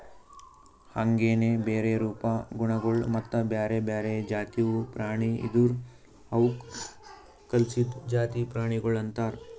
ಹಾಂಗೆನೆ ಬೇರೆ ರೂಪ, ಗುಣಗೊಳ್ ಮತ್ತ ಬ್ಯಾರೆ ಬ್ಯಾರೆ ಜಾತಿವು ಪ್ರಾಣಿ ಇದುರ್ ಅವುಕ್ ಕಲ್ಸಿದ್ದು ಜಾತಿ ಪ್ರಾಣಿಗೊಳ್ ಅಂತರ್